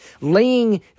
laying